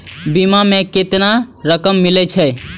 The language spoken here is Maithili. बीमा में केतना रकम मिले छै?